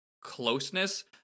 closeness